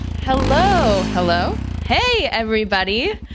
hello, hello. hey, everybody,